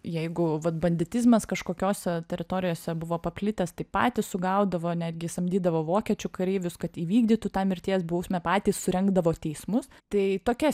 jeigu vat banditizmas kažkokiose teritorijose buvo paplitęs tai patys sugaudavo netgi samdydavo vokiečių kareivius kad įvykdytų tą mirties bausmę patys surengdavo teismus tai tokia